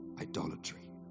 idolatry